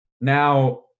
Now